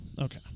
Okay